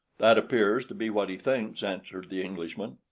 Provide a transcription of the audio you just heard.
that appears to be what he thinks, answered the englishman.